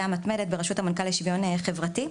המתמדת בראשות המנכ"ל לשוויון חברתי,